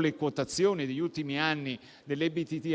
le quotazioni negli ultimi anni di